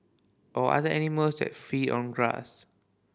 or other animals that feed on grass